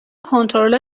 کنترل